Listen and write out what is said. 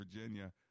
Virginia